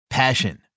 Passion